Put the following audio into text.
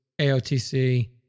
AOTC